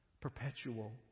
perpetual